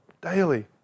daily